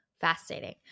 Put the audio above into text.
Fascinating